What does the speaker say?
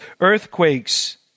Earthquakes